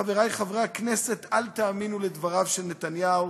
חברי חברי הכנסת: אל תאמינו לדבריו של נתניהו,